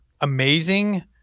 amazing